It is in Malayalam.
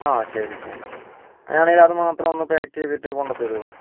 ആ ശരി ശരി അങ്ങനെ ആണെങ്കിൽ അത് മാത്രം ഒന്ന് പായ്ക്ക് ചെയ്യ്തിട്ട് കൊണ്ടത്തരുമോ